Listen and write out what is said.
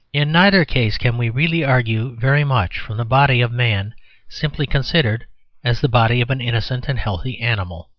in neither case can we really argue very much from the body of man simply considered as the body of an innocent and healthy animal.